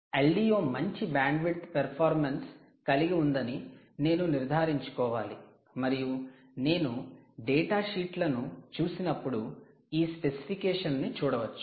LDO మంచి bandwidth performance కలిగి ఉందని నేను నిర్ధారించుకోవాలి మరియు నేను డేటాషీట్ లను చూసినప్పుడు ఈ స్పెసిఫికేషన్ ను చూడవచ్చు